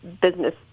business